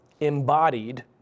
embodied